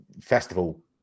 festival